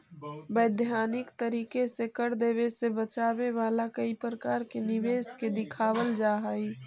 वैधानिक तरीके से कर देवे से बचावे वाला कई प्रकार के निवेश के दिखावल जा हई